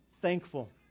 thankful